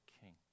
king